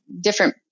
different